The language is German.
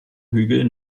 hügel